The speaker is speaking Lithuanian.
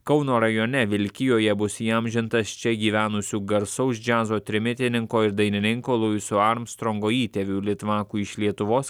kauno rajone vilkijoje bus įamžintas čia gyvenusių garsaus džiazo trimitininko ir dainininko luiso armstrongo įtėvių litvakų iš lietuvos